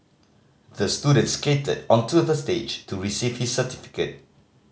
the student skated onto the stage to receive his certificate